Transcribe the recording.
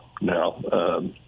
now